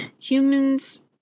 humans